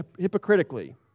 hypocritically